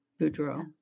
Boudreaux